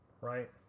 right